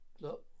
look